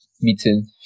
meeting